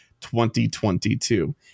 2022